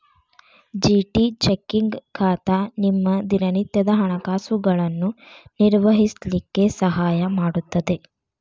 GT checking ಖಾತಾ ನಿಮ್ಮ ದಿನನಿತ್ಯದ ಹಣಕಾಸುಗಳನ್ನು ನಿರ್ವಹಿಸ್ಲಿಕ್ಕೆ ಸಹಾಯ ಮಾಡುತ್ತದೆ